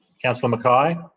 councillor mackay,